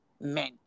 men